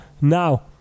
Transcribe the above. Now